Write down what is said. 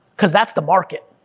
cause that's the market,